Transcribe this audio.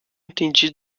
entendi